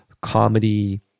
comedy